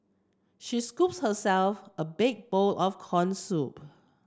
she scoops herself a big bowl of corn soup